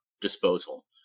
disposal